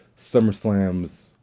SummerSlams